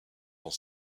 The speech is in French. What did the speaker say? dans